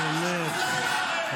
חברי הכנסת, באמת.